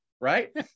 right